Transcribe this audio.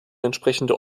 entsprechende